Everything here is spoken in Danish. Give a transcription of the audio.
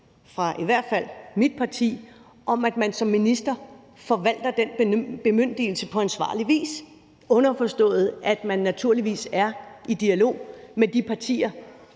fra i hvert fald mit parti om, at man som minister forvalter den bemyndigelse på ansvarlig vis, underforstået at man naturligvis er i dialog med de partier,